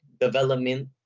development